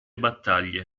battaglie